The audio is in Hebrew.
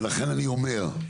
ולכן אני אומר,